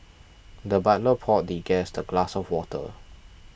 the butler poured the guest a glass of water